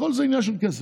הכול זה עניין של כסף.